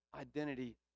identity